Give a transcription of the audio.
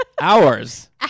hours